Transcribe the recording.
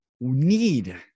need